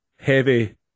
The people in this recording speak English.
Heavy